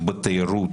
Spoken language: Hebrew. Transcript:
בתיירות,